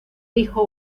hijo